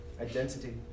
identity